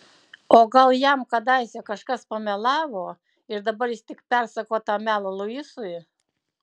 o gal jam kadaise kažkas pamelavo ir dabar jis tik persako tą melą luisui